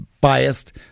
biased